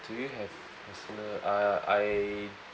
do you have personal uh I